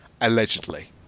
allegedly